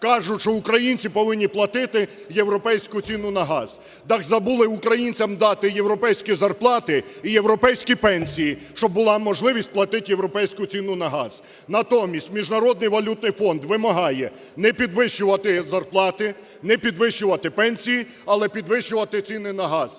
кажуть, що українці повинні платити європейську ціну на газ. Так забули українцям дати європейські зарплати і європейські пенсії, щоб була можливість платити європейську ціну на газ. Натомість Міжнародний валютний фонд вимагає не підвищувати зарплати, не підвищувати пенсії, але підвищувати ціни на газ.